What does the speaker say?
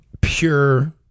pure